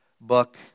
book